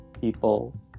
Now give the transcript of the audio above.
people